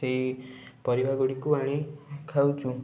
ସେଇ ପରିବା ଗୁଡ଼ିକୁ ଆଣି ଖାଉଛୁ